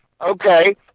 okay